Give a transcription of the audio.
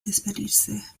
despedirse